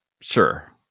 Sure